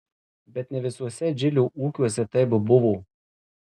bet ne visuose džilio ūkiuose taip buvo